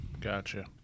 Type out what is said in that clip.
Gotcha